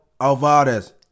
Alvarez